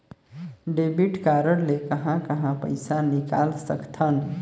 Debit card ले कहां कहां पइसा निकाल सकथन?